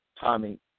Tommy